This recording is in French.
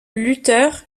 lutteur